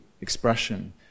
expression